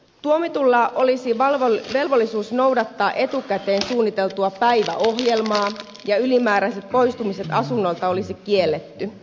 tuomitulla olisi velvollisuus noudattaa etukäteen suunniteltua päiväohjelmaa ja ylimääräiset poistumiset asunnolta olisi kielletty